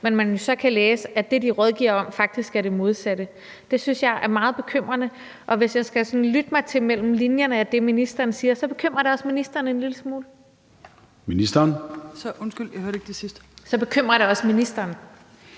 men man jo så kan læse, at det, de rådgiver om, faktisk er det modsatte. Det synes jeg er meget bekymrende. Og hvis jeg sådan skal lytte lidt imellem linjerne i det, ministeren siger, lyder det, som om det også bekymrer ministeren en lille smule.